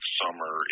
summer